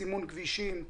סימון כבישים,